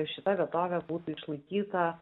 šita vietovė būtų išlaikyta